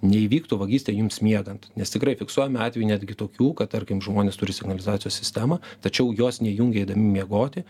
neįvyktų vagystė jums miegant nes tikrai fiksuojami atvejai netgi tokių kad tarkim žmonės turi signalizacijos sistemą tačiau jos neįjungia eidami miegoti